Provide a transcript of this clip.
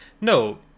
no